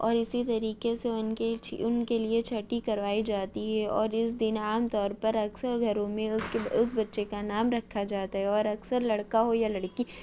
اور اسی طریقے سے ان کی ان کے لیے چھٹی کروائی جاتی ہے اور اس دن عام طور پر اکثر گھروں میں اس بچے کا نام رکھا جاتا ہے اور اکثر لڑکا ہو یا لڑکی